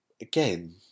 again